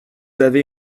avez